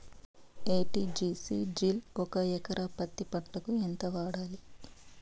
ఎ.టి.జి.సి జిల్ ఒక ఎకరా పత్తి పంటకు ఎంత వాడాలి?